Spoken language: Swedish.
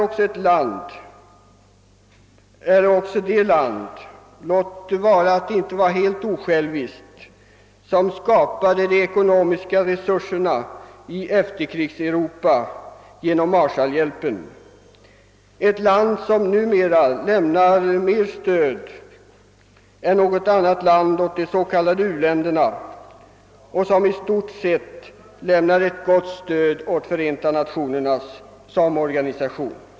USA är också det land som skapat de ekonomiska resurserna i efterkrigseuropa genom Marshallhjälpen — låt vara att det inte var helt osjälviskt — och det land som lämnar mer stöd än något annat land till de s.k. u-länderna och ett land som i stort sett ger FN ett gott stöd.